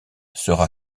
sera